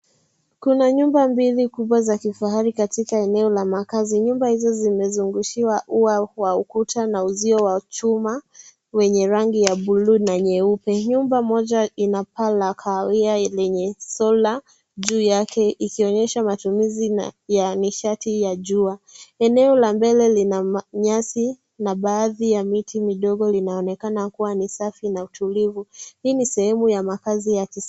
Kuna nyumba mbili kubwa za kifahari katika eneo la makazi. Nyumba hizo zimezungushiwa ua wa ukuta na uzio wa chuma, wenye rangi ya buluu na nyeupe. Nyumba moja ina paa la kahawia lenye sola juu yake, ikionyesha matumizi ya nishati ya jua. Eneo la mbele lina nyasi na baadhi ya miti midogo, linaonekana kuwa safi na tulivu. Hili ni mfano wa makazi ya kisasa.